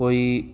कोई